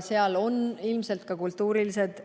seal on ilmselt ka kultuurilised